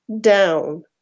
down